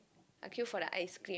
I queue for the ice cream